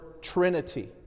trinity